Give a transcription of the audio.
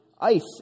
Ice